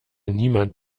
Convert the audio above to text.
niemand